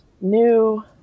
New